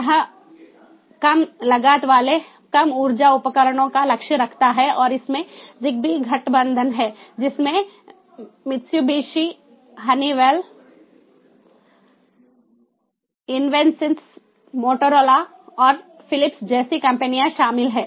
यह कम लागत वाले कम ऊर्जा उपकरणों का लक्ष्य रखता है और इसमें ZigBee गठबंधन है जिसमें मित्सुबिशी हनीवेल इनवेन्सिस मोटोरोला और फिलिप्स जैसी कंपनियां शामिल हैं